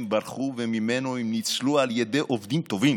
ברחו וממנו הם ניצלו על ידי עובדים טובים,